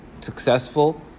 successful